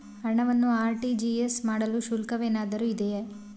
ಹಣವನ್ನು ಆರ್.ಟಿ.ಜಿ.ಎಸ್ ಮಾಡಲು ಶುಲ್ಕವೇನಾದರೂ ಇದೆಯೇ?